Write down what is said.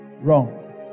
wrong